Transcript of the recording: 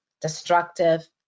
destructive